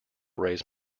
raise